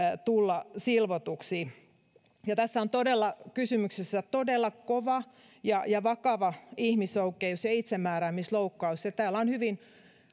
tulla silvotuksi tässä on kysymyksessä todella kova ja ja vakava ihmisoikeus ja itsemääräämisloukkaus täällä on hyvin